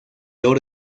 oro